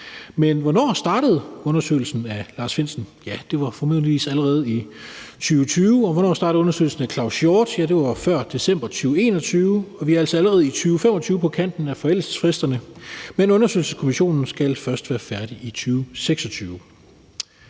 Men hvornår startede undersøgelsen af Lars Findsen? Ja, det var formodentlig allerede i 2020. Og hvornår startede undersøgelsen af Claus Hjort Frederiksen? Ja, det var før december 2021, og vi er altså allerede i 2025 på kanten af forældelsesfristerne, men undersøgelseskommissionen skal først være færdig i 2026.